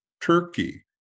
Turkey